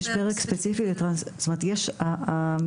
יש פרק ספציפי,